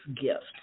gift